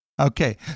Okay